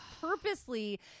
purposely